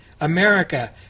America